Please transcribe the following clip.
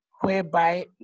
whereby